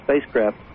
spacecraft